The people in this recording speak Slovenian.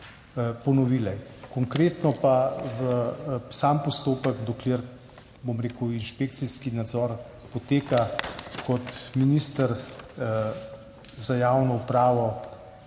Konkretno pa za sam postopek, dokler poteka inšpekcijski nadzor, kot minister za javno upravo